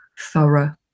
thorough